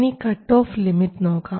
ഇനി cutoff limit നോക്കാം